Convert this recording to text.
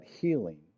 healing